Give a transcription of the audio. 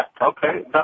Okay